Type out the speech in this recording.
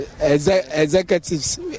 executives